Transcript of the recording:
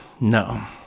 no